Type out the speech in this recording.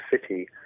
city